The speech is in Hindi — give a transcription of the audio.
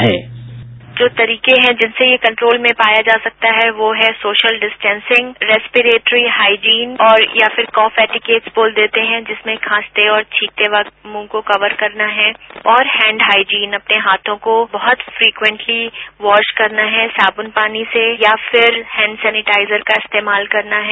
बाईट जो तरीके हैं जिससे ये कंट्रोल में पाया जा सकता है वो हैं सोशल डिस्टेंशिंग रेस्प्रेटरी हाइजीन और या फिर कफ एटीकेट बोल देते हैं जिसमें खांसते और छींकते वक्त मुंह को कवर करना है और हैंड हाइजीन अपने हाथों को बहुत फ्रिक्वेंटली वॉश करना है साबुन पानी से या फिर हैंड सेनेटाइजर का इस्तेमाल करना है